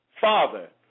father